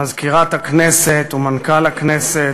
מזכירת הכנסת ומנכ"ל הכנסת,